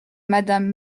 madame